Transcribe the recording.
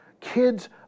Kids